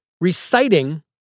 reciting